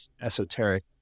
esoteric